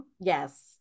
yes